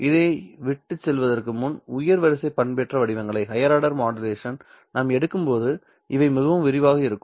இதை விட்டுச் செல்வதற்கு முன் உயர் வரிசை பண்பேற்ற வடிவங்களை நாம் எடுக்கும்போது இவை மிகவும் விரிவாக இருக்கும்